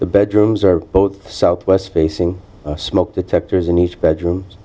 the bedrooms are both southwest facing smoke detectors in each bedroom